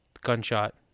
gunshot